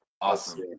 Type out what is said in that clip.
Awesome